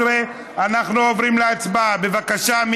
19). אנחנו עוברים להצבעה, בבקשה.